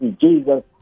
Jesus